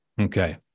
Okay